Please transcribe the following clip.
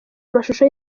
amashusho